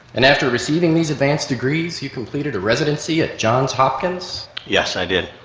and after receiving these advanced degrees you completed a residency at johns hopkins yes i did.